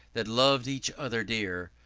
that lov'd each other dear,